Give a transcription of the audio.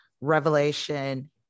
revelation